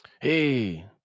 Hey